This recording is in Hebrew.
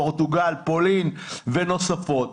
פורטוגל, פולין ונוספות.